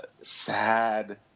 sad